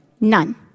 None